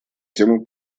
тему